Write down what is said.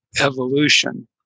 evolution